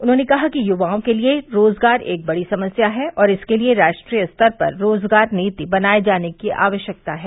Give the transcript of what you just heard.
उन्होंने कहा कि युवाओं के लिये रोजगार एक बड़ी समस्या है और इसके लिये राष्ट्रीय स्तर पर रोजगार नीति बनाये जाने की आवश्यकता है